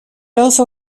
also